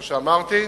כמו שאמרתי,